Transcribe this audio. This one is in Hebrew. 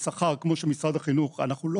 ברוך השם וטוב שעשיתם את הוועדה הזאת כי